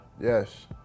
yes